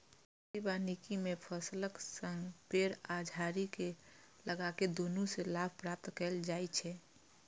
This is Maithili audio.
कृषि वानिकी मे फसलक संग पेड़ आ झाड़ी कें लगाके दुनू सं लाभ प्राप्त कैल जाइ छै